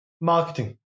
marketing